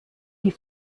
die